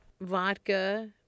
vodka